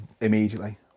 immediately